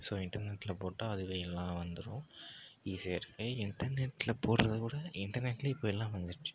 so இன்டர்நெட்டில போட்டால் அதுவே எல்லாம் வந்துரும் ஈஸியாக இருக்கு இன்டர்நெட்டில போடுறதை விட இன்டர்நெட்லியே இப்போ எல்லாம் வந்துருச்சு